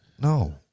No